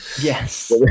Yes